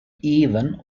even